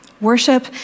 Worship